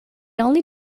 only